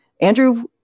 Andrew